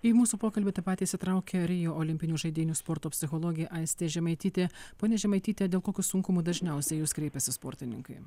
į mūsų pokalbį taip pat įsitraukė rio olimpinių žaidynių sporto psichologė aistė žemaitytė ponia žemaityte dėl kokių sunkumų dažniausiai į jus kreipiasi sportininkai